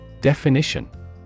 Definition